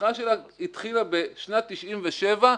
הצמיחה שלה התחילה בשנת 97',